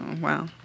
Wow